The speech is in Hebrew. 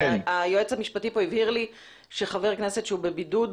היועץ המשפטי לוועדה הבהיר לי שחבר כנסת שלא בבידוד,